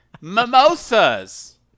Mimosas